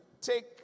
take